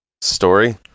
story